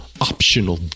optional